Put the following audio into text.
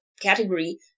category